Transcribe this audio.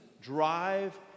drive